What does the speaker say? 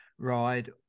ride